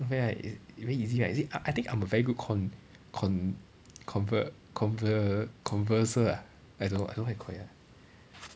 not bad right it's very easy you see uh I think I'm a very good con~ con~ conver~ conver~ converser ah I don't know I don't what you call it ah